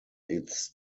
its